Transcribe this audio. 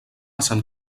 sant